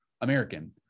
american